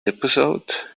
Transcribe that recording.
episode